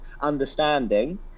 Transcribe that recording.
understanding